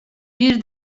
bir